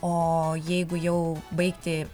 o jeigu jau baigti